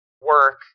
work